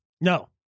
No